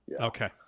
Okay